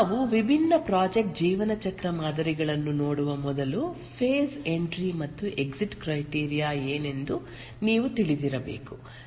ನಾವು ವಿಭಿನ್ನ ಪ್ರಾಜೆಕ್ಟ್ ಜೀವನಚಕ್ರ ಮಾದರಿಗಳನ್ನು ನೋಡುವ ಮೊದಲು ಫೆಸ್ ಎಂಟ್ರಿ ಮತ್ತು ಎಕ್ಸಿಟ್ ಕ್ರೈಟೀರಿಯ ಏನೆಂದು ನೀವು ತಿಳಿದಿರಬೇಕು